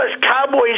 Cowboys